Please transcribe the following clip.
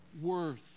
worth